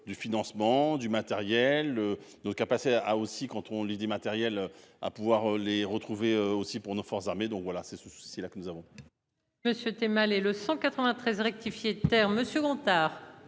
du financement du matériel donc à passer a aussi quand on lit du matériel à pouvoir les retrouver aussi pour nos forces armées. Donc voilà c'est ce souci là que nous avons.